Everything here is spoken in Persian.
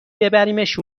ببریمش